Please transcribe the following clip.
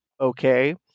okay